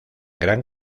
gran